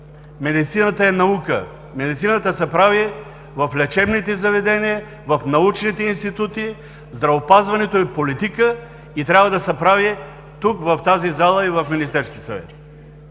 Медицината е наука, медицината се прави в лечебните заведения, в научните институти. Здравеопазването е политика и трябва да се прави тук – в тази зала, и в Министерския съвет.